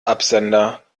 absender